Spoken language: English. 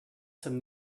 some